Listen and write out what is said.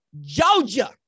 Georgia